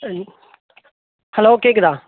hello கேட்குதா